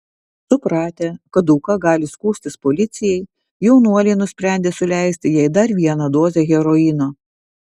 supratę kad auka gali skųstis policijai jaunuoliai nusprendė suleisti jai dar vieną dozę heroino